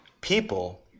people